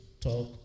Talk